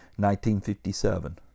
1957